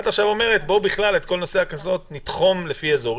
את אומרת עכשיו: בואו נתחום את הקנסות לפי אזורים.